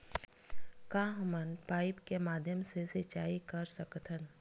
का हमन पाइप के माध्यम से सिंचाई कर सकथन?